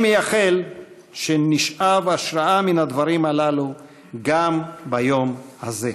אני מייחל שנשאב השראה מן הדברים הללו גם ביום הזה.